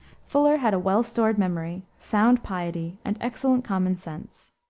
fuller had a well-stored memory, sound piety, and excellent common sense.